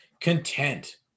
content